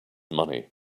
money